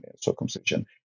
circumcision